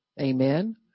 Amen